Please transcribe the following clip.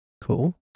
Cool